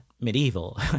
medieval